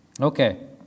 Okay